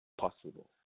possible